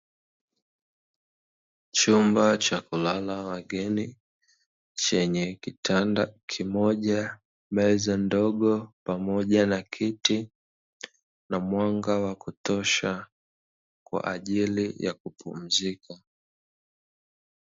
Chumba cha kulala wageni, chenye kitanda kimoja, meza ndogo, pamoja na kiti na mwanga wa kutosha kwa ajili ya kupumzika.